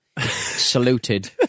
saluted